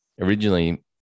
originally